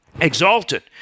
exalted